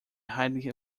highly